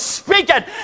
speaking